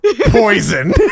poison